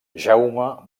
jaume